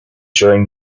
during